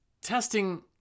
testing